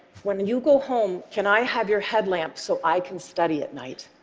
when you go home, can i have your headlamp so i can study at night?